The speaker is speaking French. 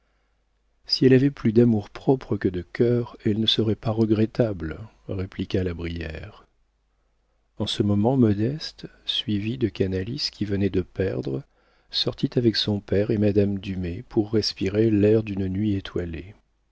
si elle avait plus d'amour-propre que de cœur elle ne serait pas regrettable répliqua la brière en ce moment modeste suivie de canalis qui venait de perdre sortit avec son père et madame dumay pour respirer l'air d'une nuit étoilée